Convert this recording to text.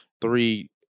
Three